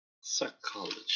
psychology